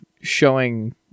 showing